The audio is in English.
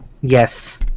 Yes